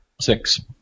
Six